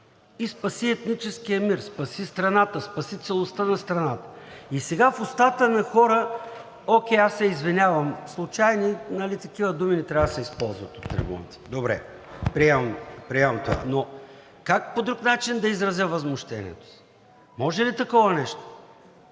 И спаси етническия мир, спаси страната, спаси целостта на страната. И сега в устата на хора, окей, аз се извинявам – случайни, нали такива думи нали не трябва да се използват от трибуната. Добре – приемам, но как по друг начин да изразя възмущението си? Може ли такова нещо?